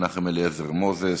מנחם אליעזר מוזס,